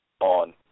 on